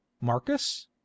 marcus